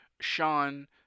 Sean